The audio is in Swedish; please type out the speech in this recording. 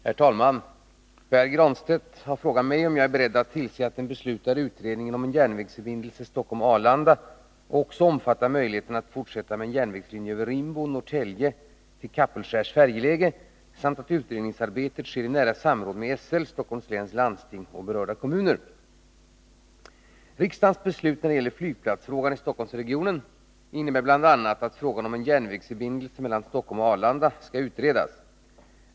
Herr talman! Pär Granstedt har frågat mig om jag är beredd att tillse att den beslutade utredningen om en järnvägsförbindelse Stockholm-Arlanda också omfattar möjligheten att fortsätta med en järnvägslinje över Rimbo, Norrtälje till Kapellskärs färjeläge samt att utredningsarbetet sker i nära samråd med SL, Stockholms läns landsting och berörda kommuner. Riksdagens beslut när det gäller flygplatsfrågan i Stockholmsregionen innebär bl.a. att frågan om en järnvägsförbindelse mellan Stockholm och Arlanda skall utredas.